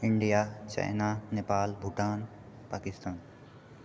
India China Nepal Bhutan Pakistan